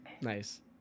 nice